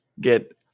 get